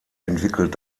entwickelt